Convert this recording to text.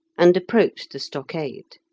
and approached the stockade.